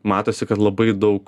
matosi kad labai daug